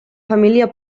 família